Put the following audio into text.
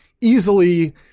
easily